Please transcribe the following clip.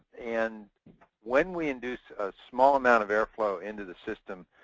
and when we induce a small amount of air flow into the system,